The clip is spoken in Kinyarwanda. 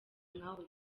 nkawe